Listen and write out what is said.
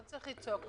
לא צריך לצעוק.